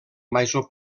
major